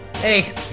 Hey